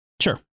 Sure